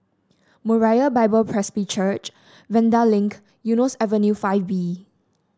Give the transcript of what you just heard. Moriah Bible Presby Church Vanda Link Eunos Avenue Five B